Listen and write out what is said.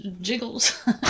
jiggles